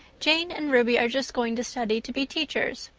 jane and ruby are just going to study to be teachers.